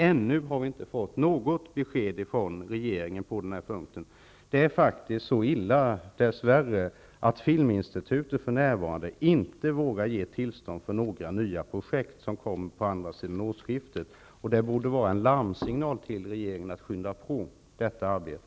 Ännu har vi inte fått något besked från regeringen på den här punkten. Det är faktiskt dess värre så illa att Filminstitutet för närvarande inte vågar ge tillstånd för några nya projekt på andra sidan årsskiftet. Det borde vara en larmsignal som fick regeringen att skynda på detta arbete.